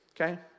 Okay